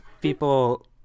people